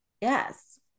Yes